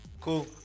Cool